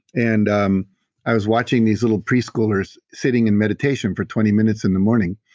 and um i was watching these little preschoolers sitting in meditation for twenty minutes in the morning,